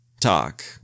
Talk